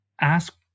ask